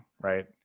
Right